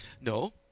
No